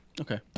Okay